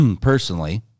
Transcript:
personally